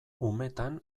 umetan